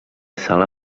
sala